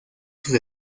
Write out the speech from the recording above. sus